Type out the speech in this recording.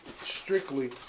strictly